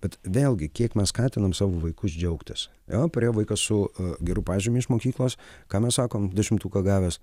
bet vėlgi kiek mes skatinam savo vaikus džiaugtis jo parėjo vaikas su geru pažymiu iš mokyklos ką mes sakom dešimtuką gavęs